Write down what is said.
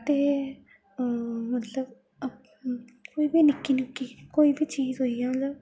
ते मतलब कोई बी निक्की निक्की कोई बी चीज होई जा मतलब